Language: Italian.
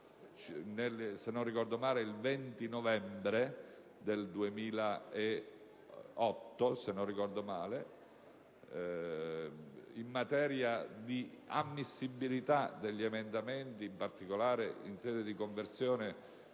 (se non ricordo male, il 20 novembre del 2008) in materia di ammissibilità degli emendamenti, in particolare in sede di conversione